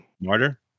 Martyr